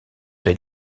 des